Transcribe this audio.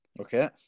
Okay